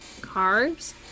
carbs